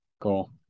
Cool